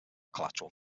collateral